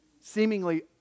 seemingly